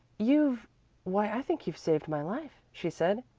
you've why i think you've saved my life, she said,